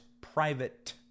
private